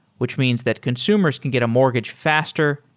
which means that consumers can get a mortgage faster,